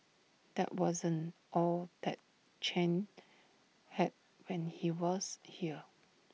that wasn't all that Chen had when he was here